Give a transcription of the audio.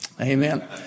Amen